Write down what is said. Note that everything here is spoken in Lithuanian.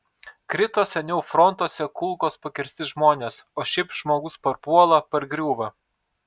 krito seniau frontuose kulkos pakirsti žmonės o šiaip žmogus parpuola pargriūva